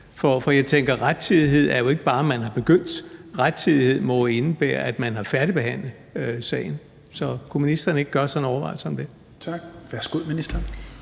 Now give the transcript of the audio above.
For jeg tænker, at rettidighed ikke bare er, at man er begyndt. Rettidighed må indebære, at man har færdigbehandlet sagen. Så kunne ministeren ikke gøre sig nogle overvejelser om det? Kl. 17:17 Tredje